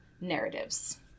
narratives